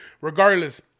regardless